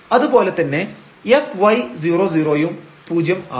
അതുപോലെതന്നെ fy00 യും പൂജ്യം ആവും